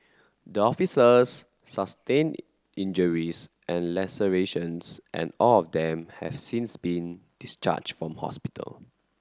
the officers sustained injuries and lacerations and all of them have since been discharged from hospital